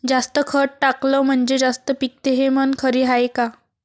जास्त खत टाकलं म्हनजे जास्त पिकते हे म्हन खरी हाये का?